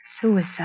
suicide